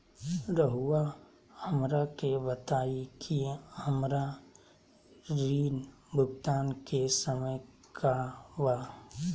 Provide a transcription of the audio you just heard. रहुआ हमरा के बताइं कि हमरा ऋण भुगतान के समय का बा?